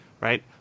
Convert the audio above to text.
right